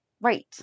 right